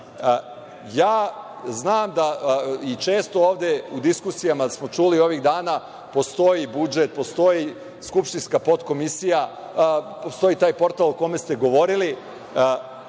dinamici ili ne. Često ovde u diskusijama smo čuli ovih dana, postoji budžet, postoji skupštinska podkomisija, postoji taj Portal o kome ste govorili.